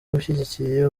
ushyigikiye